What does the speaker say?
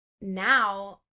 now